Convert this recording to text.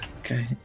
Okay